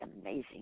amazing